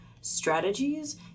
strategies